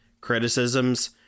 criticisms